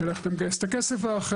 של איך אתה מגייס את הכסף האחר,